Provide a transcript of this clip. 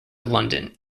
london